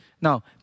Now